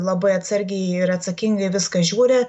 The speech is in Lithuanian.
labai atsargiai ir atsakingai į viską žiūri